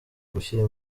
gushyira